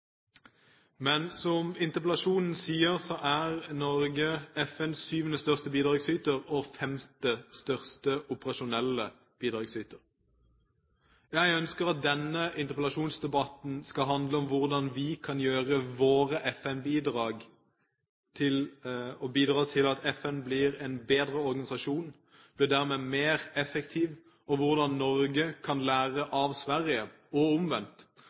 Men som interpellasjonsteksten sier, er Norge FNs syvende største bidragsyter og femte største operasjonelle bidragsyter. Jeg ønsker at denne interpellasjonsdebatten skal handle om hvordan våre FN-bidrag kan gjøre FN til en bedre organisasjon og dermed mer effektiv, om hvordan Norge kan lære av Sverige og